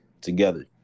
together